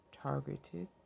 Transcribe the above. targeted